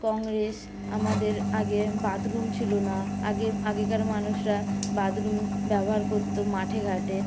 কংগ্রেস আমাদের আগে বাথরুম ছিল না আগে আগেকার মানুষরা বাথরুম ব্যবহার করতো মাঠে ঘাটে